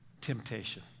temptation